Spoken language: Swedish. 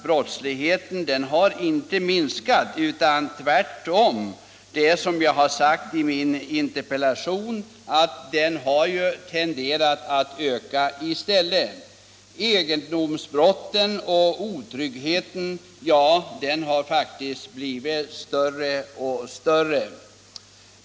Brottsligheten har faktiskt inte minskat utan tvärtom — så som jag har sagt i min interpellation — tenderar den att öka. Egendomsbrotten har blivit fler och otryggheten har blivit större och större.